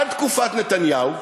עד תקופת נתניהו,